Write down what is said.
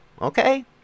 okay